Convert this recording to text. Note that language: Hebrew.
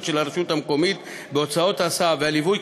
של הרשות המקומית בהוצאות ההסעה והליווי,